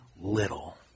little